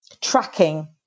tracking